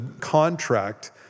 contract